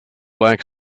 black